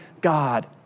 god